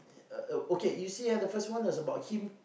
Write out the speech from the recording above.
Uh okay you see ah the first one is about him